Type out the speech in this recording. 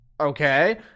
okay